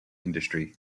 industry